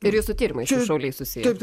ir jūsų tyrimai su šauliais susiję